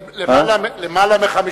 למעלה מ-50